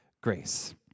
grace